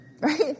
Right